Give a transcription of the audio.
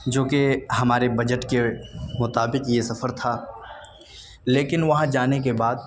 جوکہ ہمارے بجٹ کے مطابق یہ سفر تھا لیکن وہاں جانے کے بعد